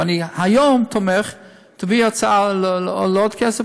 ואני תומך היום: תביא הצעה לעוד כסף,